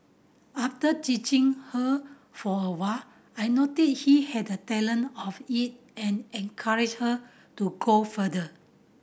after teaching her for a while I noticed she had a talent of it and encouraged her to go further